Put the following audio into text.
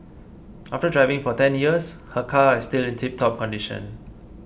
after driving for ten years her car is still in tiptop condition